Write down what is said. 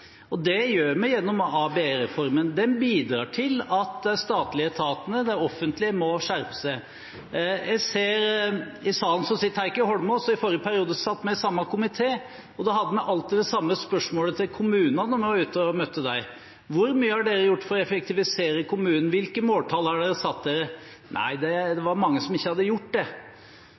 avbyråkratisering. Det gjør vi gjennom ABE-reformen. Den bidrar til at de statlige etatene, det offentlige, må skjerpe seg. Jeg ser at i salen sitter Heikki Eidsvoll Holmås, og i forrige periode satt vi i samme komité. Vi hadde alltid det samme spørsmålet til kommunene da vi møtte dem: Hvor mye har dere gjort for å effektivisere kommunen? Hvilke måltall har dere satt dere? Nei, det var mange som ikke hadde gjort det.